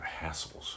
hassles